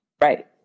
Right